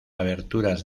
aberturas